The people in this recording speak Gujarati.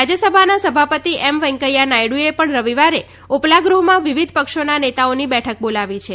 રાજ્યસભાના સભાપતિ એમ વેકૈંયા નાયડુએ પણ રવિવારે ઉપલા ગૃહમાં વિવિધ પક્ષોના નેતાઓની બેઠક બોલાવી છે